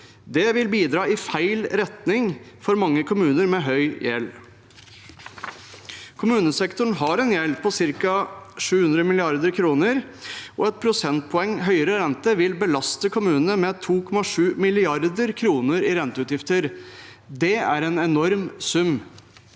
Det vil bidra i feil retning for mange kommuner med høy gjeld. Kommunesektoren har en gjeld på ca. 700 mrd. kr, og et prosentpoeng høyere rente vil belaste kommunene med 2,7 mrd. kr i renteutgifter. Det er en enorm sum.